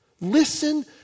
Listen